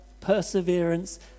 perseverance